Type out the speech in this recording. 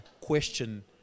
question